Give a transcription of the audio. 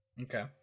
okay